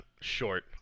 short